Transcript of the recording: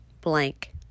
blank